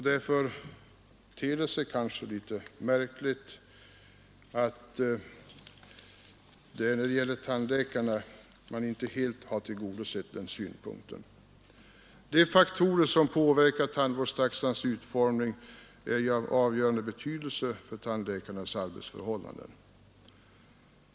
Därför ter det sig kanske litet märkligt att man inte helt har tillgodosett den synpunkten när det gäller tandläkarna. De faktorer som påverkar tandvårdstaxans utformning är ju av avgörande betydelse för tandläkarnas arbetsförhållanden.